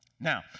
Now